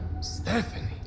Stephanie